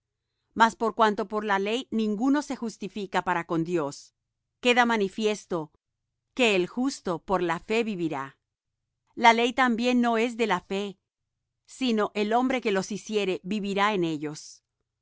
mas por cuanto por la ley ninguno se justifica para con dios queda manifiesto que el justo por la fe vivirá la ley también no es de la fe sino el hombre que los hiciere vivirá en ellos